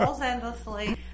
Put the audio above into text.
endlessly